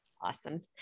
Awesome